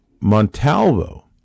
Montalvo